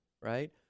right